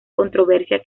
controversia